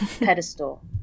pedestal